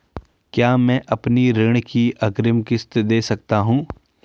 क्या मैं अपनी ऋण की अग्रिम किश्त दें सकता हूँ?